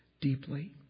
deeply